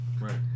Right